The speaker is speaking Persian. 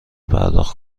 پرداخت